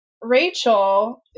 Rachel –